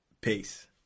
peace